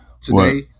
Today